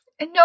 No